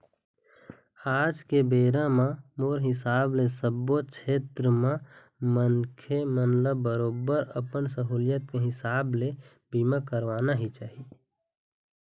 आज के बेरा म मोर हिसाब ले सब्बो छेत्र म मनखे मन ल बरोबर अपन सहूलियत के हिसाब ले बीमा करवाना ही चाही